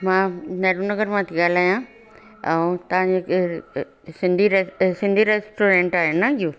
मां नेहरु नगर मां थी ॻाल्हायां ऐं तव्हांजो सिंधी रेस सिंधी रेस्टोरेंट आहे न इहो